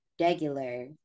regular